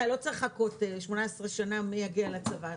לא צריך לחכות 18 שנה מי יגיע לצבא,